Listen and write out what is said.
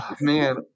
Man